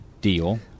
Deal